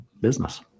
business